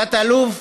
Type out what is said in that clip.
תת-אלוף